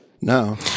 No